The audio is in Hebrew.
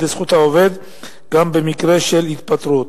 לזכות העובד גם במקרה של התפטרות.